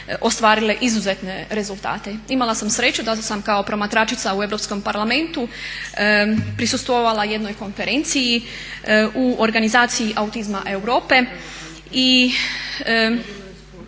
ostvarile izuzetne rezultate. Imala sam sreću da sam kao promatračica u Europskom parlamentu prisustvovala jednoj konferenciji u organizaciji Autizma Europe i